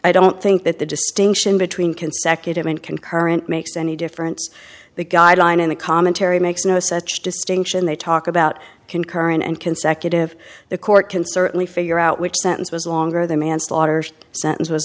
i don't think that the distinction between consecutive and concurrent makes any difference the guideline in the commentary makes no such distinction they talk about concurrent and consecutive the court can certainly figure out which sentence was